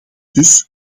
dus